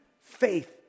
faith